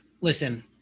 Listen